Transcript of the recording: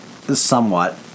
somewhat